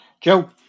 Joe